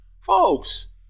Folks